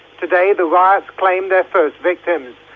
today the riots claimed their first victims,